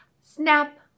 Snap